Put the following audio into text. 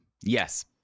Yes